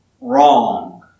wrong